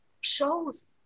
shows